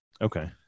Okay